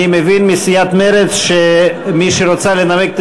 אני מבין מסיעת מרצ שמי שרוצה לנמק את